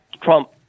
Trump